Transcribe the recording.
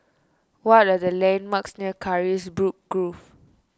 what are the landmarks near Carisbrooke Grove